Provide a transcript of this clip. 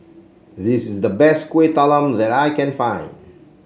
this is the best Kueh Talam that I can find